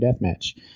deathmatch